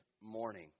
morning